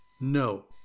No